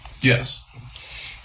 Yes